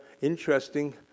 interesting